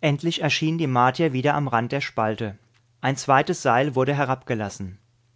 endlich erschienen die martier wieder am rand der spalte ein zweites seil wurde herabgelassen